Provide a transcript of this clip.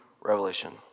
Revelation